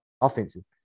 offensive